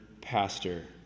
pastor